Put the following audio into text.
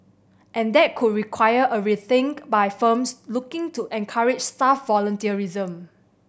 and that could require a rethink by firms looking to encourage staff volunteerism